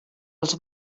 els